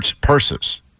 purses